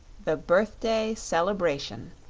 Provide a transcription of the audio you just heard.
the birthday celebration